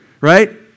right